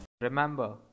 Remember